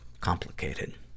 complicated